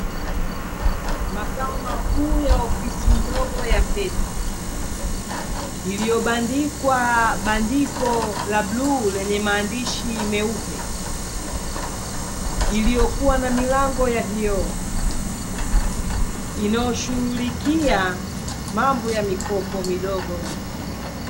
Makao makuu ya ofisi ndogo ya fedha, iliyobandikwa bandiko la buluu lenye maandishi meupe, iliyokuwa na milango ya vioo, inayoshughulikia mambo ya mikopo midogo na mikubwa.